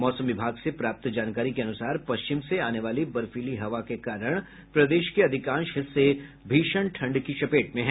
मौसम विभाग से प्राप्त जानकारी के अनुसार पश्चिम से आने वाली बर्फीली हवा के कारण प्रदेश के अधिकांश हिस्से भीषण ठंड की चपेट में हैं